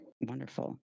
Wonderful